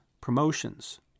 promotions